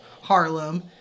Harlem